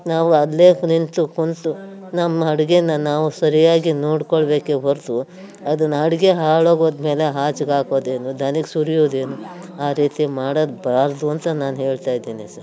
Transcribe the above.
ನಾವು ಅಲ್ಲಿಯೇ ನಿಂತು ಕೂತು ನಮ್ಮ ಅಡುಗೆನ ನಾವು ಸರಿಯಾಗಿ ನೋಡ್ಕೊಳ್ಳಬೇಕೆ ಹೊರತು ಅದನ್ನು ಅಡುಗೆ ಹಾಳಾಗೋದ್ಮೇಲೆ ಆಚ್ಗೆ ಹಾಕೋದೇನು ದನಕ್ಕೆ ಸುರಿಯೋದೇನು ಆ ರೀತಿ ಮಾಡಬಾರ್ದು ಅಂತ ನಾನು ಹೇಳ್ತಾಯಿದ್ದೀನಿ ಸರ್